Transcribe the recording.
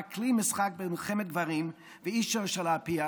כלי משחק במלחמת גברים ואיש לא שאל לפיה.